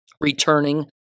returning